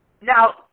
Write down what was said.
Now